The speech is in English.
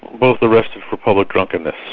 both arrested for public drunkenness.